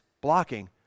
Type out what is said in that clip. blocking